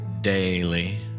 daily